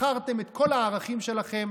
מכרתם את כל הערכים שלכם.